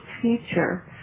future